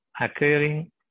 occurring